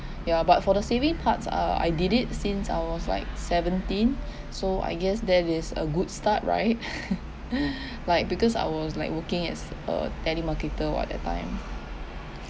ya but for the saving parts uh I did it since I was like seventeen so I guess that is a good start right like because I was like working as a telemarketer what that time